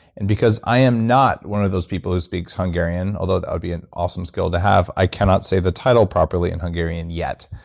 and because i am not one of those people who speaks hungarian, although that would be an awesome skill to have, i cannot say the title properly in hungarian yet.